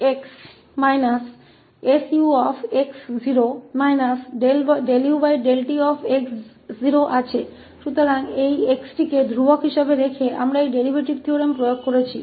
तो इस x को स्थिर रखते हुए और हमने इस डेरीवेटिव थ्योरम को लागू किया है